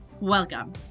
Welcome